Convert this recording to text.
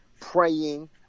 praying